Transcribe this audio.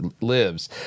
lives